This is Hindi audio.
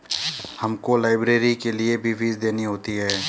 हमको लाइब्रेरी के लिए भी फीस देनी होती है